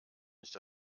nicht